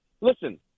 Listen